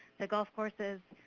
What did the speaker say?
to golf courses.